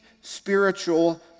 spiritual